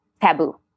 taboo